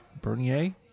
Bernier